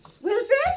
Wilfred